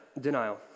denial